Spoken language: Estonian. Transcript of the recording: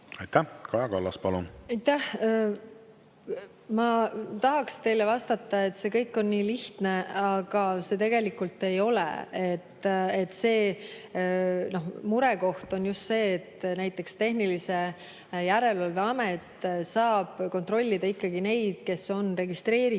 Ma tahaksin teile vastata, et see kõik on nii lihtne, aga see tegelikult ei ole. Murekoht on just see, et näiteks tehnilise järelevalve amet saab kontrollida ikkagi neid, kes on registreeritud